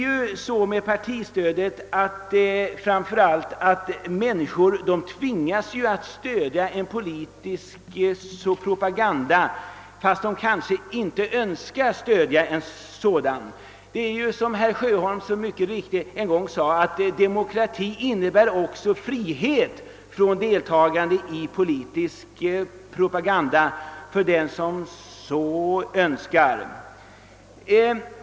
Genom partistödet tvingas ju människor att stödja en politisk propaganda, fastän de kanske inte önskar stödja en sådan. Som herr Sjöholm mycket riktigt en gång sade innebär demokrati också frihet från deltagande i politisk propaganda för den som så önskar.